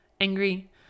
angry